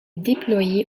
déployés